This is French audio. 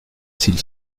cils